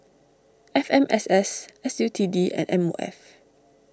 F M S S S U T D and M O F